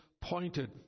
pointed